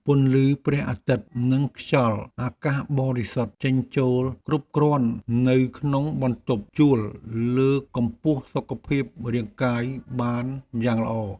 ពន្លឺព្រះអាទិត្យនិងខ្យល់អាកាសបរិសុទ្ធចេញចូលគ្រប់គ្រាន់នៅក្នុងបន្ទប់ជួយលើកកម្ពស់សុខភាពរាងកាយបានយ៉ាងល្អ។